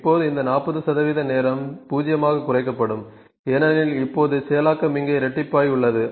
இப்போது இந்த 40 நேரம் 0 ஆக குறைக்கப்படும் ஏனெனில் இப்போது செயலாக்கம் இங்கே இரட்டிப்பாகியுள்ளது